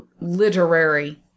literary